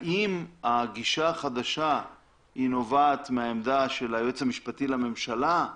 האם הגישה החדשה נובעת מהעמדה של היועץ המשפטי לממשלה או